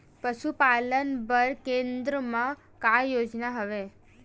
पशुपालन बर केन्द्र म का योजना हवे?